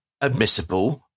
admissible